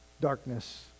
darkness